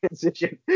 transition